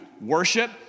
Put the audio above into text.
worship